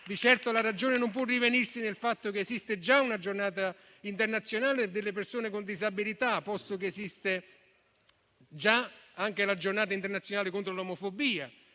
Di certo la ragione non può rinvenirsi nel fatto che esiste già una Giornata internazionale delle persone con disabilità, posto che esiste già anche la Giornata internazionale contro l'omofobia,